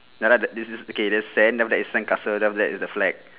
ya lah the this is okay the sand then after that is sandcastle then after that is the flag